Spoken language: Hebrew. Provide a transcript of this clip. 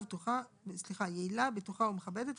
בטוחה ומכבדת,